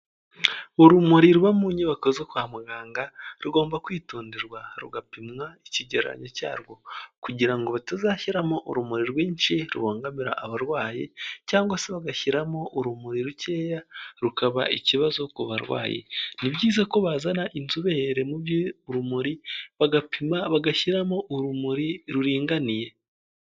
Urumuri ruba mu nyubako zo kwa muganga rugomba kwitonderwa rugapimwa icyegereranyo cyarwo kugira ngo batazashyiramo urumuri rwinshi rubangamira abarwayi cyangwa se bagashyiramo urumuri rukeya rukaba ikibazo ku barwayi, ni byiza ko bazana inzobere mu by'urumuri bagapima bagashyiramo urumuri ruringaniye.